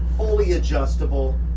fully adjustable.